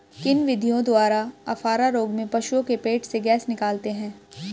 किन विधियों द्वारा अफारा रोग में पशुओं के पेट से गैस निकालते हैं?